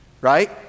right